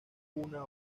una